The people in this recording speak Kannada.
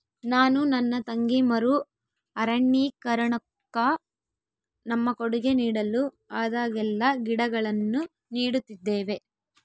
ನಾನು ನನ್ನ ತಂಗಿ ಮರು ಅರಣ್ಯೀಕರಣುಕ್ಕ ನಮ್ಮ ಕೊಡುಗೆ ನೀಡಲು ಆದಾಗೆಲ್ಲ ಗಿಡಗಳನ್ನು ನೀಡುತ್ತಿದ್ದೇವೆ